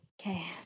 Okay